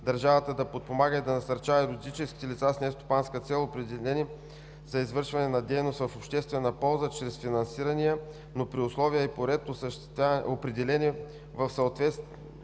държавата да подпомага и да насърчава юридическите лица с нестопанска цел, определени за извършване на дейност в обществена полза, чрез финансирания, но при условия и по ред, определени в съответните